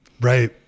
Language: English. Right